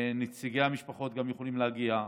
גם נציגי המשפחות יכולים להגיע,